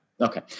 Okay